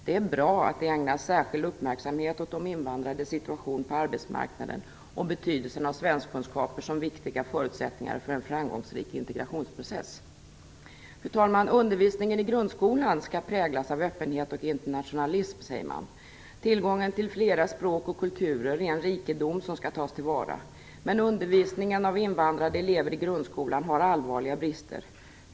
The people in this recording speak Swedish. Det är bra att det ägnas särskild uppmärksamhet åt de invadrades situation på arbetsmarknaden och betydelsen av svenskkunskaper som viktiga förutsättningar för en framgångsrik integrationsprocess. Fru talman! Undervisningen i grundskolan skall präglas av öppenhet och internationalism, säger man. Tillgången till flera språk och kulturer är en rikedom som skall tas till vara. Men undervisningen av invandrade elever i grundskolan har allvarliga brister.